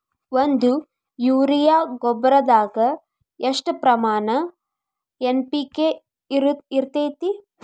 ಒಂದು ಯೂರಿಯಾ ಗೊಬ್ಬರದಾಗ್ ಎಷ್ಟ ಪ್ರಮಾಣ ಎನ್.ಪಿ.ಕೆ ಇರತೇತಿ?